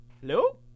Hello